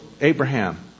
Abraham